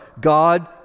God